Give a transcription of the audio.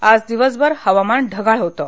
आज दिवसभर हवामान ढगाळ होतं